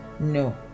no